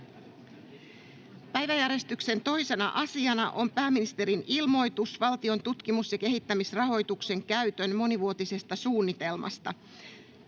Päiväjärjestyksen 2. asiana on pääministerin ilmoitus valtion tutkimus- ja kehittämisrahoituksen käytön monivuotisesta suunnitelmasta.